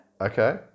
Okay